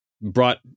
brought